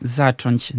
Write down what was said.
zacząć